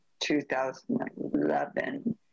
2011